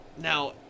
now